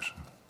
בבקשה.